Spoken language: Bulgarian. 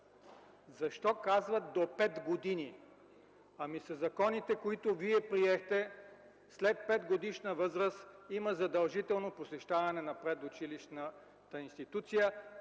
Защо казват: до 5 години? Ами със законите, които Вие приехте, след 5-годишна възраст има задължително посещаване на предучилищна институция,